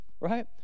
Right